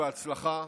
הצלחה,